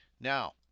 Now